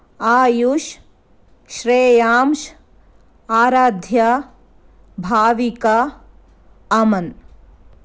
AYUSH Shreyansh Aaradhya Bhavika Aman